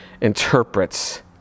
interprets